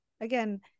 again